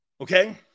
Okay